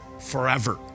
forever